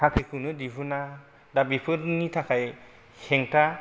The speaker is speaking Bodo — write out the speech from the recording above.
साख्रिखौनो दिहुना दा बेफोरनि थाखाय हेंथा